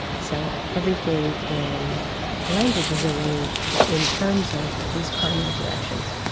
so everything in the language is arranged in terms of these cardinal directions.